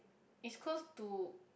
is close to